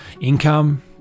income